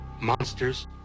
monsters